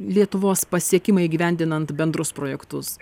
lietuvos pasiekimai įgyvendinant bendrus projektus